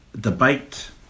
debate